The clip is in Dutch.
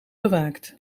bewaakt